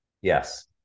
Yes